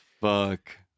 fuck